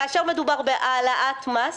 כאשר מדובר בהעלאת מס,